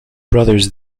brothers